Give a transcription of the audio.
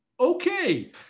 okay